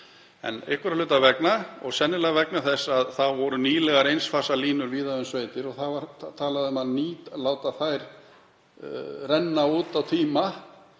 En einhverra hluta vegna, sennilega vegna þess að þá voru nýlegar eins fasa línur víða um sveitir og það var talað um að nýta þær og láta þær renna út á tíma,